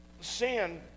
sin